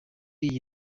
iyi